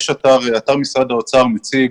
אתר משרד האוצר מציג